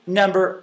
number